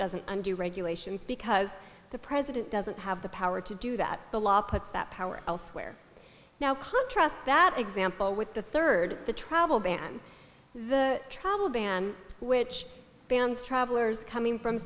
doesn't undo regulations because the president doesn't have the power to do that the law puts that power elsewhere now contrast that example with the third the travel ban the travel ban which bans travelers coming from